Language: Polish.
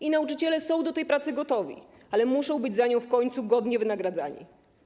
I nauczyciele są do tej pracy gotowi, ale musza być za nią w końcu godnie wynagradzani.